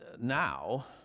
now